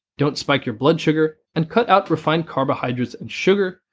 don't spike your blood sugar, and cut out refined carbohydrates and sugar,